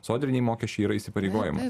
sodriniai mokesčiai yra įsipareigojimas